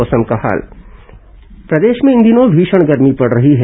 मौसम प्रदेश में इन दिनों भीषण गर्मी पड़ रही है